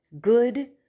good